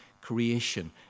creation